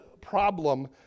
problem